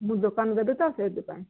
ମୁଁ ଦୋକାନ ଦେବି ତ ସେଇଥିପାଇଁ